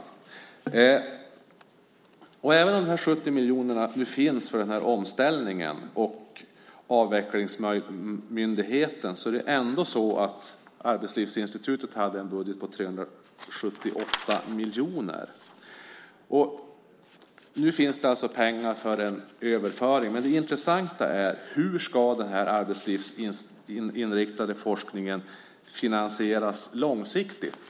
Även om det finns 70 miljoner för omställningen och för Avvecklingsmyndigheten hade Arbetslivsinstitutet en budget på 378 miljoner. Nu finns pengar för en överföring. Det intressanta är hur den arbetslivsinriktade forskningen ska finansieras långsiktigt.